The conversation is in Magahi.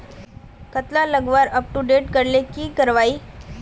कतला लगवार अपटूडेट करले की करवा ई?